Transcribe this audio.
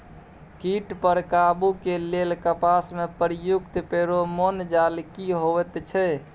कीट पर काबू के लेल कपास में प्रयुक्त फेरोमोन जाल की होयत छै?